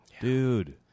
Dude